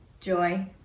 joy